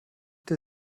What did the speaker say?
der